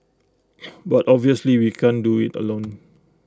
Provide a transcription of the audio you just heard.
but obviously we can't do IT alone